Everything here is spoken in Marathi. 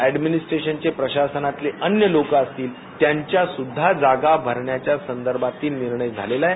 अॅडमिनीस्ट्रेशनचे प्रशासनातले अन्य लोक असतील त्यांच्या सुद्धा जागा भरण्याच्या संदर्भातील निर्णय झालेला आहे